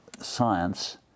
science